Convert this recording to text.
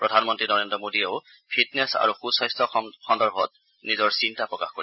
প্ৰধানমন্ত্ৰী নৰেন্দ্ৰ মোডীয়েও ফিটনেছ আৰু সুস্নাস্থ্য সন্দৰ্ভত নিজৰ ভাৱধাৰা প্ৰকাশ কৰিব